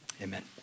amen